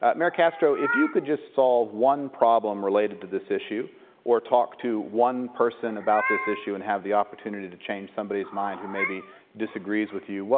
ah mayor castro, if you could just solve one problem related to this issue or talk to one person about this issue and have the opportunity to change somebody's mind who maybe disagrees with you,